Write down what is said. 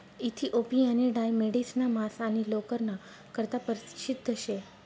इथिओपियानी डाय मेढिसना मांस आणि लोकरना करता परशिद्ध शे